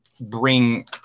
bring